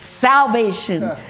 salvation